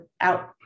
out